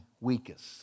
weakest